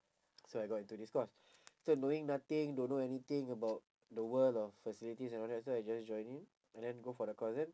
so I got into this course so knowing nothing don't know anything about the world of facilities and all that so I just join in lor and then go for the course then